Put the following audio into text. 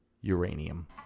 Uranium